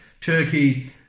Turkey